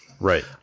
Right